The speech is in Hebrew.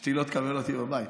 אשתי לא תקבל אותי בבית.